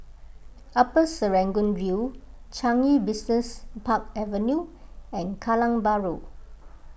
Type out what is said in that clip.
Upper Serangoon View Changi Business Park Avenue and Kallang Bahru